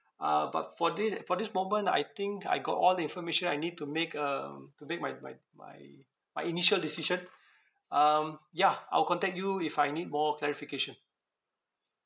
uh but for this for this moment I think I got all the information I need to make um to make my my my my initial decision um yeah I'll contact you if I need more clarification